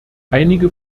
einige